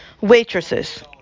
waitresses